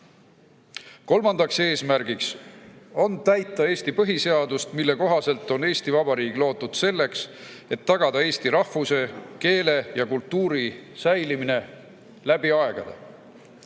Kolmas eesmärk on täita Eesti põhiseadust, mille kohaselt on Eesti Vabariik loodud selleks, et tagada eesti rahvuse, keele ja kultuuri säilimine läbi aegade.